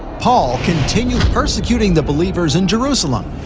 paul continued persecuting the believers in jerusalem,